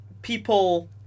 People